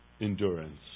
endurance